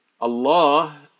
Allah